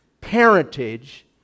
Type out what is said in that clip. parentage